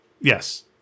Yes